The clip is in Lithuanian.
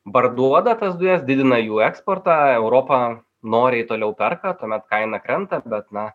parduoda tas dujas didina jų eksportą europa noriai toliau perka tuomet kaina krenta bet na